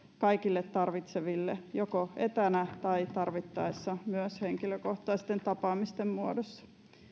kaikille tarvitseville joko etänä tai tarvittaessa myös henkilökohtaisten tapaamisten muodossa